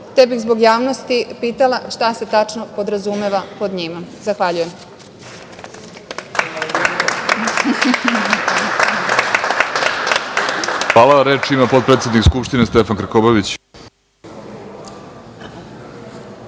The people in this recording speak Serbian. te bih zbog javnosti pitala šta se tačno podrazumeva pod njima? Zahvaljujem.